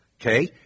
Okay